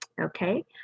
Okay